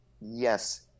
yes